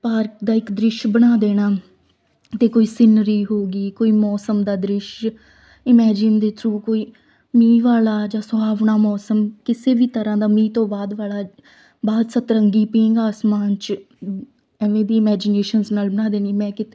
park ਦਾ ਇਕ ਦ੍ਰਿਸ਼ ਬਣਾ ਦੇਣਾ ਅਤੇ ਕੋਈ ਸੀਨਰੀ ਹੋ ਗਈ ਕੋਈ ਮੌਸਮ ਦਾ ਦ੍ਰਿਸ਼ ਇਮੈਜਿਨ ਦੇ ਥਰੂ ਕੋਈ ਮੀਂਹ ਵਾਲਾ ਜਾਂ ਸੁਹਾਵਣਾ ਮੌਸਮ ਕਿਸੇ ਵੀ ਤਰ੍ਹਾਂ ਦਾ ਮੀਂਹ ਤੋਂ ਬਾਅਦ ਵਾਲਾ ਬਾਅਦ ਸਤਰੰਗੀ ਪੀਂਘ ਆਸਮਾਨ 'ਚ ਐਵੇਂ ਦੀ ਮੈਜੀਨੇਸ਼ਨਸ ਨਾਲ ਬਣਾ ਦੇਣੀ ਮੈਂ ਕਿਤ